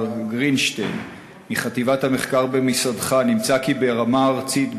גרינשטיין מחטיבת המחקר במשרדך נמצא כי ברמה הארצית,